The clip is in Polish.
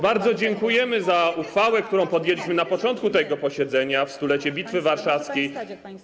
Bardzo dziękujemy za uchwałę, którą podjęliśmy na początku tego posiedzenia, w stulecie Bitwy Warszawskiej.